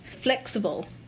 flexible